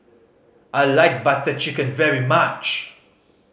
I like Butter Chicken very much